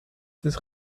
des